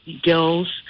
girls